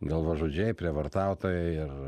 galvažudžiai prievartautojai ir